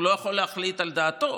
הוא לא יכול להחליט על דעתו,